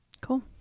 cool